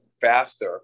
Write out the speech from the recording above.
faster